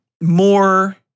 more